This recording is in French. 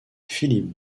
philippe